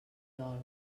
dol